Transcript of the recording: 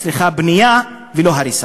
החברה הערבית צריכה בנייה ולא הריסה.